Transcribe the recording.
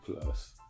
plus